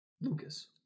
Lucas